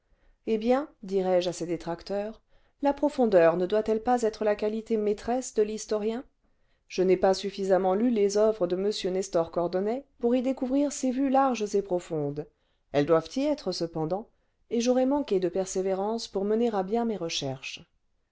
eh bien dirais-je à ses détracteurs la profondeur ne doit-elle pas être la qualité maîtresse de l'historien je n'ai pas suffisamment lu les oeuvres de m nestor cordonnet pour y découvrir ces vues larges et profondes elles doivent y être cependant et j'aurai manqué de persévérance pour mener à bien mes recherches